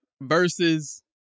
versus